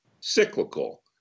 cyclical